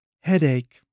Headache